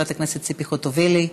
חברת הכנסת ציפי חוטובלי,